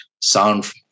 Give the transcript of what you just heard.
sound